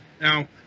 Now